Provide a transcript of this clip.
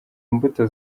imbuto